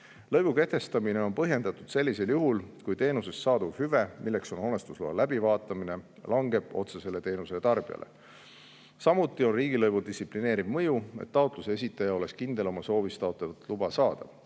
Lõivu kehtestamine on põhjendatud sellisel juhul, kui teenusest saadav hüve, milleks on hoonestusloa läbivaatamine, langeb otsesele teenuse tarbijale. Samuti on riigilõivul distsiplineeriv mõju, et taotluse esitaja oleks kindel oma soovis taotletavat luba saada.